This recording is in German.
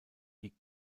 die